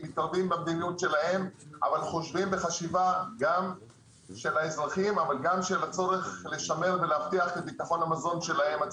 חושבים גם על האזרחים וגם על הצורך לשמר ולהבטיח את ביטחון המזון שלהם.